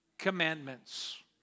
Commandments